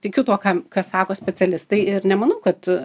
tikiu tuo ką ką sako specialistai ir nemanau kad